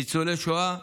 ניצולי שואה,